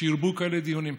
שירבו כאלה דיונים.